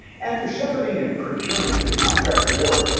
after shepherding a procurement to contract award,